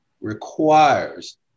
requires